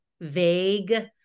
vague